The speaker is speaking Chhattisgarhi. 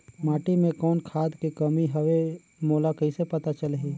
माटी मे कौन खाद के कमी हवे मोला कइसे पता चलही?